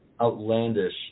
outlandish